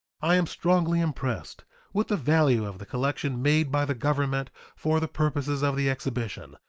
i am strongly impressed with the value of the collection made by the government for the purposes of the exhibition,